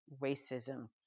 racism